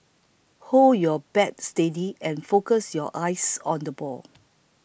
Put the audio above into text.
hold your bat steady and focus your eyes on the ball